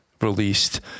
released